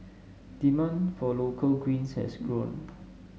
demand for local greens has grown